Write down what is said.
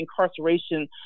incarceration